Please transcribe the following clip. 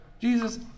Jesus